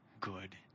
good